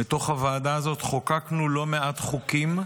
בתוך הוועדה הזאת, חוקקנו לא מעט חוקים,